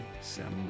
December